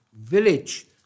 village